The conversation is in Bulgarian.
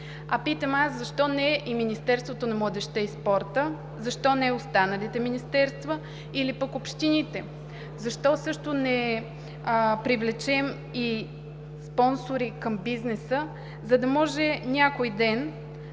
А питам аз: защо не и Министерството на младежта и спорта? Защо не останалите министерства или пък общините? Защо също не привлечем и спонсори към бизнеса, за да може някой ден